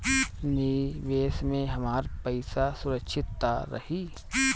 निवेश में हमार पईसा सुरक्षित त रही?